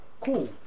Cool